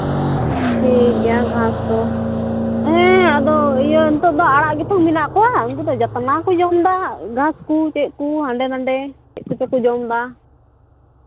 ᱴᱷᱤᱠ ᱜᱮᱭᱟ ᱜᱷᱟᱥ ᱫᱚ ᱦᱮᱸ ᱟᱫᱚ ᱤᱭᱟᱹ ᱱᱤᱛᱚᱜ ᱫᱚ ᱟᱲᱟᱜ ᱜᱮᱛᱚ ᱢᱮᱱᱟᱜ ᱠᱚᱣᱟ ᱩᱱᱠᱩ ᱫᱚ ᱡᱚᱛᱚᱱᱟᱜ ᱠᱚ ᱡᱚᱢᱫᱟ ᱜᱷᱟᱥ ᱠᱚ ᱪᱮᱫ ᱠᱚ ᱦᱟᱸᱰᱮ ᱱᱟᱰᱮ ᱪᱮᱫ ᱠᱚᱪᱚ ᱠᱚ ᱡᱚᱢᱫᱟ